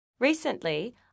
Recently